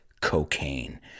cocaine